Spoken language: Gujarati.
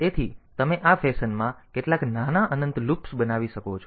તેથી તમે આ ફેશનમાં કેટલાક નાના અનંત લૂપ્સ બનાવી શકો છો